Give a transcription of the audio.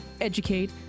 educate